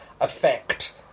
effect